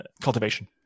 cultivation